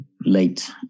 late